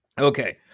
Okay